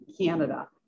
Canada